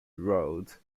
road